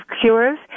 Cures